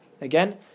Again